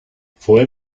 fue